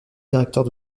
directeur